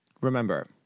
remember